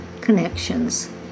Connections